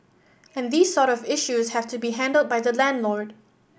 and these sort of issues have to be handled by the landlord